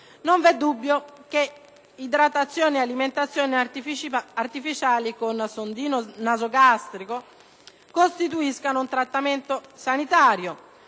Non v'è dubbio che idratazione e alimentazione artificiali con sondino nasogastrico costituiscano un trattamento sanitario.